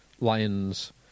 Lions